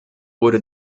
wurde